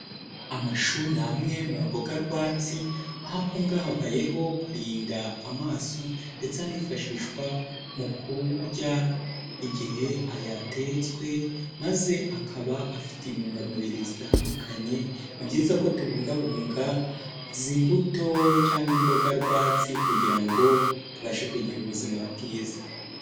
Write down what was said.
Amashu ni amwe mu mboga rwatsi, aho akungahayeho kurinda amaso, ndetse anifashishwa mu kurya igihe yatetswe, maze akaba afite intungamubiri zitandukanye, ni byiza ko tubungabunga izi mbuto cyangwa imboga rwatsi, kugira ngo tubashe kugira ubuzima bwiza.